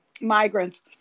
migrants